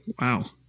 Wow